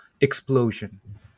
explosion